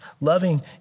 Loving